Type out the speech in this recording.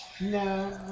No